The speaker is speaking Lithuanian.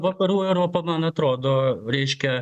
vakarų europa man atrodo reiškia